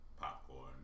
popcorn